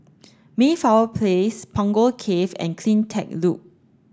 Mayflower Place Punggol Cove and CleanTech Loop